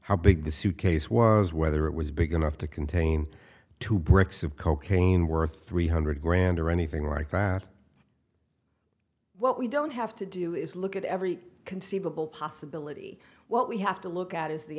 how big the suitcase was whether it was big enough to contain two bricks of cocaine worth three hundred grand or anything like that what we don't have to do is look at every conceivable possibility what we have to look at is the